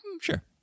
Sure